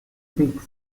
peaks